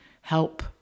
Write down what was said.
Help